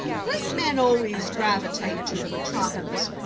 great men always gravitate to the metropolis.